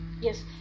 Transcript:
yes